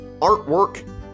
artwork